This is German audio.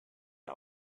der